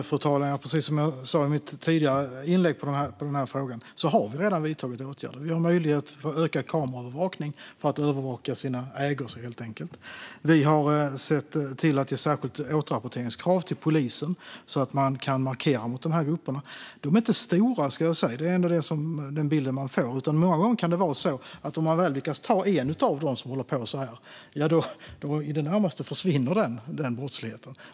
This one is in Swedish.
Fru talman! Precis som jag sa i mitt tidigare inlägg i denna fråga har vi redan vidtagit åtgärder. Vi har gett möjlighet till ökad kameraövervakning för att övervaka sina ägor. Vi har sett till att det införts ett särskilt återrapporteringskrav för polisen så att man markera mot dessa grupper. De är inte stora - det är ändå den bild man får. Många gånger kan det vara så att om man väl lyckas ta en av dem som håller på så här försvinner denna brottslighet i det närmaste.